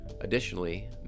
additionally